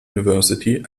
university